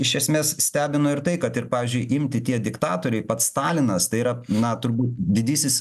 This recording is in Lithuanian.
iš esmės stebino ir tai kad ir pavyzdžiui imti tie diktatoriai pats stalinas tai yra na turbūt didysis